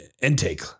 intake